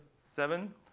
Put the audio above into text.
seven.